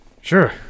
Sure